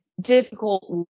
difficult